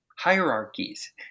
hierarchies